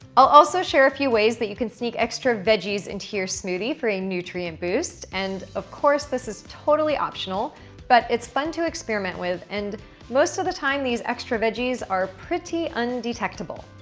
i'll also share a few ways that you can sneak extra veggies into your smoothie for a nutrient boost and of course this is totally optional but it's fun to experiment with and most of the time these extra veggies are pretty undetectable.